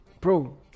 Bro